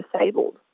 disabled